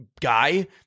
guy